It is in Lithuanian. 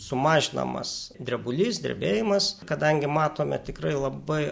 sumažinamas drebulys drebėjimas kadangi matome tikrai labai